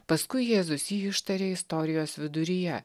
paskui jėzus jį ištarė istorijos viduryje